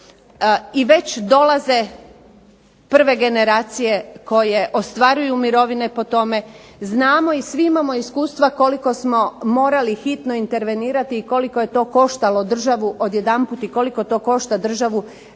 i već dolaze prve generacije koje ostvaruju mirovine po tome. Znamo i svi imamo iskustva koliko smo morali hitno intervenirati i koliko je to koštalo državu odjedanput i koliko to košta državu